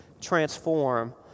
transform